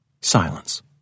Silence